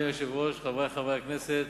אדוני היושב-ראש, חברי הכנסת,